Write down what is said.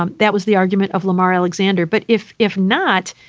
um that was the argument of lamar alexander. but if if not,